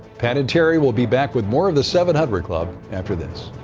pat and terry will be back with more of the seven hundred club after this.